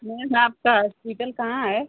ma'am आपका hospital कहाँ है